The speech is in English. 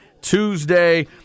Tuesday